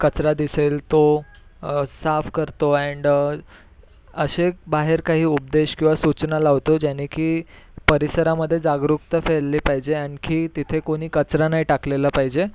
कचरा दिसेल तो साफ करतो अँड असे बाहेर काही उपदेश किंवा सूचना लावतो जेणे की परिसरामध्ये जागरूकता फैलली पाहिजे आणखी तिथे कोणी कचरा नाही टाकलेला पाहिजे